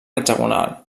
hexagonal